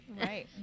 Right